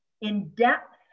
in-depth